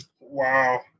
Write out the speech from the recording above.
Wow